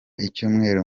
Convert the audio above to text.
icyumweru